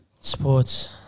Sports